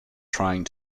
trying